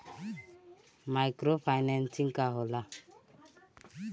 Micro financing का होला?